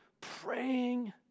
praying